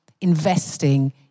investing